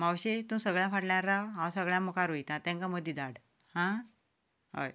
मावशे तूं सगळ्यां फाटल्यान राव हांव सगळ्यांत मुखार वयतां तांकां मदीं धाड आं हय